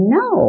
no